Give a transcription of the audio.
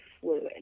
fluid